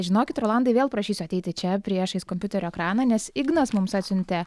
žinokit rolandai vėl prašysiu ateiti čia priešais kompiuterio ekraną nes ignas mums atsiuntė